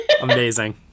Amazing